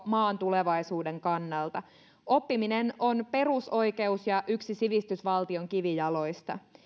maan tulevaisuuden kannalta oppiminen on perusoikeus ja yksi sivistysvaltion kivijaloista